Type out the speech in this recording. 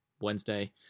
Wednesday